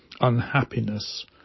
unhappiness